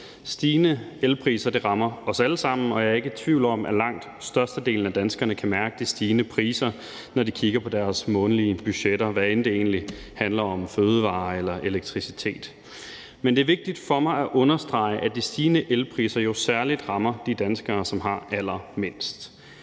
Stigende elpriser rammer os alle sammen, og jeg er ikke i tvivl om, at langt størstedelen af danskerne kan mærke de stigende priser, når de kigger på deres månedlige budgetter, hvad enten det handler om fødevarer eller elektricitet. Men det er vigtigt for mig at understrege, at de stigende elpriser jo særlig rammer de danskere, som har allermindst.